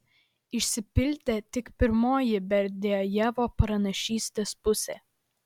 išsipildė tik pirmoji berdiajevo pranašystės pusė